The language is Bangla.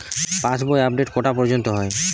পাশ বই আপডেট কটা পর্যন্ত হয়?